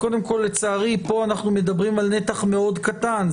לצערי כאן אנחנו מדברים על נתח מאוד קטן.